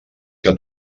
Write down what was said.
que